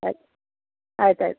ಆಯ್ತು ಆಯ್ತು ಆಯ್ತು